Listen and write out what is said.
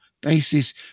basis